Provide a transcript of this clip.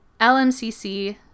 LMCC